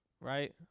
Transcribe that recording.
Right